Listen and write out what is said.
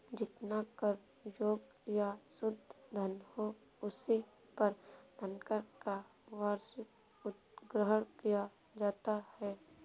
जितना कर योग्य या शुद्ध धन हो, उसी पर धनकर का वार्षिक उद्ग्रहण किया जाता है